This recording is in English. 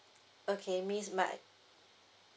okay miss may I